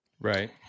right